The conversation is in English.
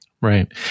Right